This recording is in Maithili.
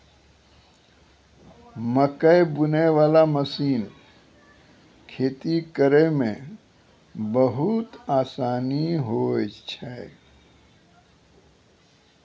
मकैइ बुनै बाला मशीन खेती करै मे बहुत आसानी होय छै